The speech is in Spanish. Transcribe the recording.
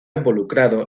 involucrado